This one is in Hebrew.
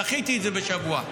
דחיתי את זה בשבוע.